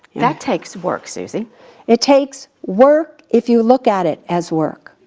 that takes work, suze. it it takes work if you look at it as work.